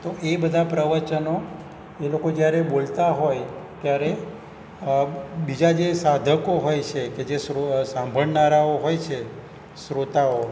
તો એ બધા પ્રવચનો એ લોકો જ્યારે બોલતા હોય ત્યારે બીજા જે સાધકો હોય છે કે જે સાંભળનારાઓ હોય છે શ્રોતાઓ